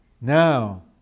now